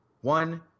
one